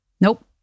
Nope